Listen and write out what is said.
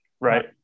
right